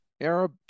Arab